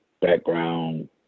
background